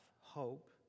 hope